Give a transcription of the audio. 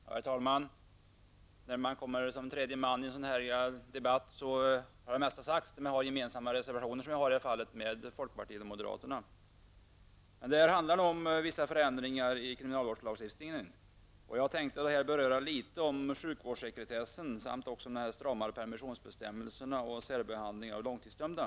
Herr talman! När man står som nummer tre på talarlistan har det mesta redan sagts, i synnerhet som man har gemensamma reservationer, som vi i det här fallet har med folkpartiet och moderaterna. Det här förslaget handlar om vissa förändringar i kriminalvårdslagstiftningen. Jag tänkte något beröra sjukvårdssekretessen och också de stramare permissionsbestämmelserna samt särbehandling av långtidsdömda.